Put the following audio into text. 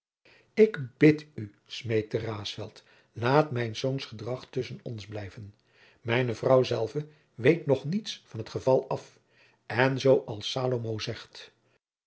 ik bid u smeekte raesfelt laat mijns zoons gedrag tusschen ons blijven mijne vrouw zelve weet nog niets van het geval af en zoo als salomo zegt